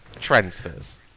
transfers